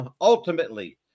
ultimately